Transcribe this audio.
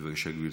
בבקשה, גברתי,